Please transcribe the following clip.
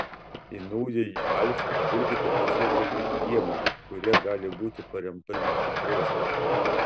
į naująjį alfa žvelkite tiesiog kaip į priemonę kuria gali būti paremta jūsų proza